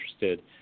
interested